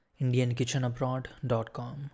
indiankitchenabroad.com